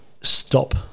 stop